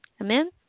Amen